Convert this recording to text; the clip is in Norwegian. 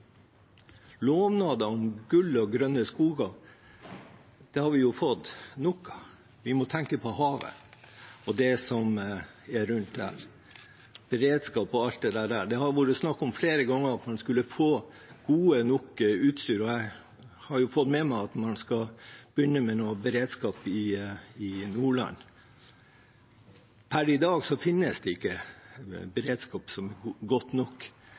Lovnader om gull og grønne skoger har vi fått nok av. Vi må tenke på havet og det som er rundt der. Når det gjelder beredskap osv., har det flere ganger vært snakk om at man skulle få godt nok utstyr. Jeg har fått med meg at man skal begynne med beredskap i Nordland. Per i dag finnes det ikke en beredskap som er god nok